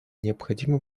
необходимо